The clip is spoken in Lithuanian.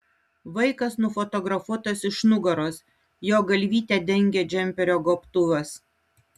vaikas nufotografuotas iš nugaros jo galvytę dengia džemperio gobtuvas